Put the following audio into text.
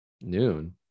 noon